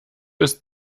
ist